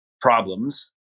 problems